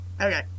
Okay